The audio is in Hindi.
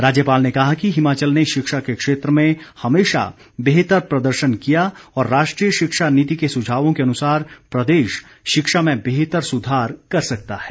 राज्यपाल ने कहा कि हिमाचल ने शिक्षा के क्षेत्र में हमेशा बेहतर प्रदर्शन किया और राष्ट्रीय शिक्षा नीति के सुझावों के अनुसार प्रदेश शिक्षा में बेहतर सुधार कर सकता है